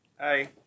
hi